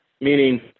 meaning